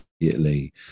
immediately